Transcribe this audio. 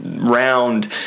Round